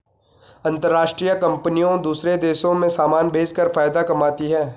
अंतरराष्ट्रीय कंपनियां दूसरे देशों में समान भेजकर फायदा कमाती हैं